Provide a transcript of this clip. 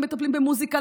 למטפלים במוזיקה,